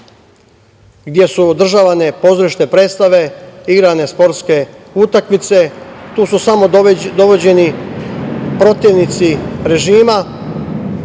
gde su održavane pozorišne predstave, igrane sportske utakmice. Tu su samo dovođeni protivnici režima,